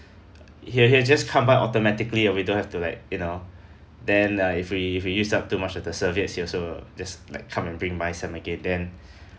he'll he'll just come by automatically uh we don't have to like you know then uh if we if we use up too much of the serviettes he also just like come and bring by some again then